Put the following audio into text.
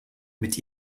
mit